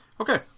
Okay